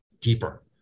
deeper